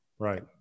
Right